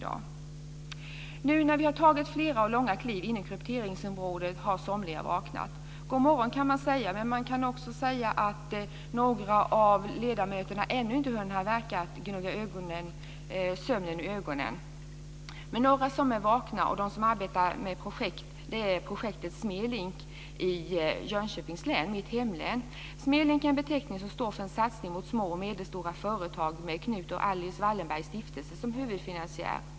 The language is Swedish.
Nu när vi har tagit flera och långa steg in i krypteringsområdet har somliga vaknat. God morgon, kan man säga. Men man kan också säga att några av ledamöterna ännu inte verkar ha hunnit gnugga sömnen ur ögonen. Några som är vakna, och som arbetar med detta, är projektet Smelink i Jönköpings län, mitt hemlän. Smelink är en beteckning som står för en satsning hos små och medelstora företag med Knut och Alice Wallenbergs stiftelse som huvudfinansiär.